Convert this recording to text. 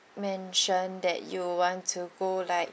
mention that you want to go like